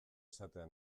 izatea